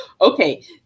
Okay